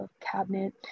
cabinet